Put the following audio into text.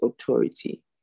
authority